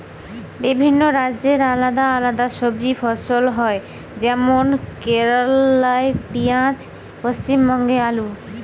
বিভিন্ন রাজ্যে আলদা আলদা সবজি ফসল হয় যেমন কেরালাই পিঁয়াজ, পশ্চিমবঙ্গে আলু